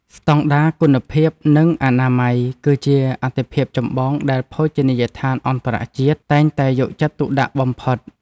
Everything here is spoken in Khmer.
ស្តង់ដារគុណភាពនិងអនាម័យ គឺជាអាទិភាពចម្បងដែលភោជនីយដ្ឋានអន្តរជាតិតែងតែយកចិត្តទុកដាក់បំផុត។